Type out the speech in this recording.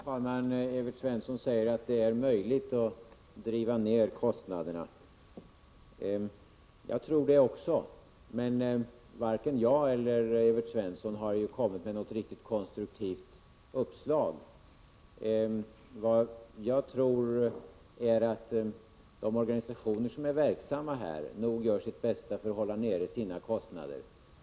Herr talman! Evert Svensson säger att det är möjligt att driva ned kostnaderna. Jag tror också det, men varken jag eller Evert Svensson har kommit med något konstruktivt uppslag. Jag tror att de organisationer som är verksamma på detta område nog gör sitt bästa för att hålla sina kostnader nere.